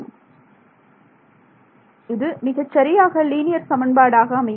மாணவர் இது மிகச் சரியாக லீனியர் சமன்பாடு ஆக அமையும்